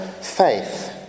faith